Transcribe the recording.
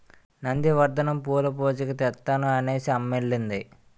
నంది వర్ధనం పూలు పూజకి తెత్తాను అనేసిఅమ్మ ఎల్లింది